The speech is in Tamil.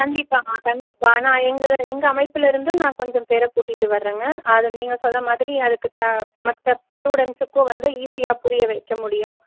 கண்டிப்பாகம்மா கண்டிப்பாக நான் எங்கள் எங்கள் அமைப்புலருந்து நான் கொஞ்சம் பேரை கூட்டிகிட்டு வரங்க அது நீங்கள் சொல்லுற மாதிரி அதற்கு த மற்ற ஸ்டூடெண்ட்ஸுக்கும் வந்து ஈஸியாக புரிய வைக்க முடியும்